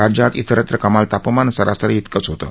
राज्यात तिस्त्र कमाल तापमान सरासरीतिकच होतं